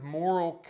moral